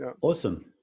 Awesome